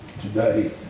today